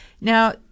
Now